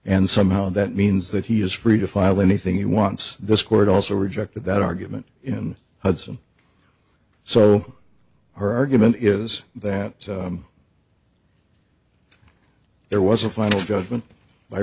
and somehow that means that he is free to file anything he wants this court also rejected that argument in hudson so our argument is that there was a final judgment